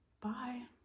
bye